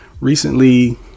recently